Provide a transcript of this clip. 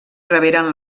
reberen